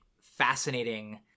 fascinating